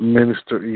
Minister